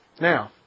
Now